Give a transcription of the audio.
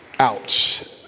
Ouch